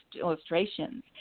illustrations